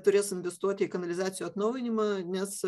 turės investuoti į kanalizacijų atnaujinimą nes